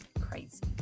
crazy